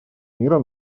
мира